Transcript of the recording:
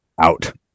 out